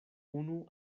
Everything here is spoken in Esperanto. unu